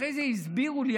אחרי זה הסבירו לי,